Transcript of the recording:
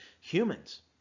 humans